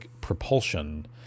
propulsion